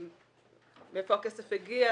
מאיפה הכסף הגיע,